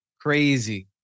crazy